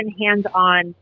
hands-on